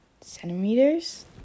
centimeters